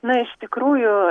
na iš tikrųjų